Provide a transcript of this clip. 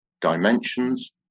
dimensions